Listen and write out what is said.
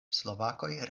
slovakoj